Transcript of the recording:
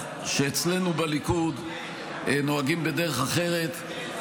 שאצלנו בליכוד נוהגים בדרך אחרת,